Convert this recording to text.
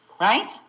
right